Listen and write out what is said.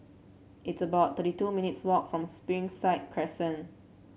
it's about thirty two minutes' walk from Springside Crescent